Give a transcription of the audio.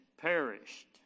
perished